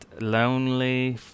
lonely